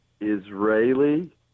Israeli